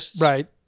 Right